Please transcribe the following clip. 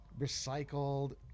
recycled